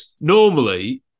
Normally